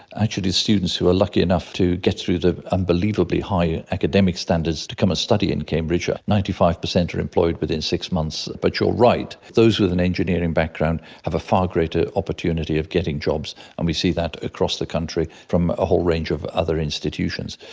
actually students who are lucky enough to get through the unbelievably high academic standards to come and study in cambridge, ninety five percent are employed within six months. but you're right, those with an engineering background have a far greater opportunity of getting jobs, and we see that across the country from a whole range of other institutions.